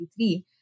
2023